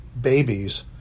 babies